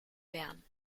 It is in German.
bern